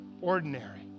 ordinary